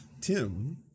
tim